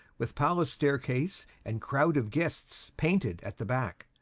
with palace staircase and crowd of guests painted at the back.